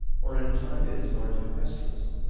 or in a time that is more tempestuous.